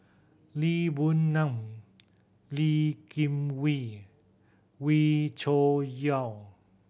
Lee Boon Ngan Lee Kim Wee Wee Cho Yaw